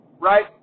right